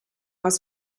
aus